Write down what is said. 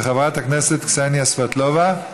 של חברת הכנסת קסניה סבטלובה.